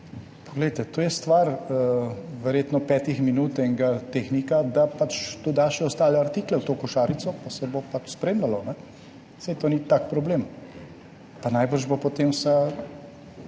poglejte, je to stvar verjetno petih minut enega tehnika, da doda še ostale artikle v to košarico pa se bo pač spremljalo. Saj to ni tak problem. Pa najbrž bo potem vsa